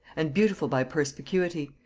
and beautiful by perspicuity,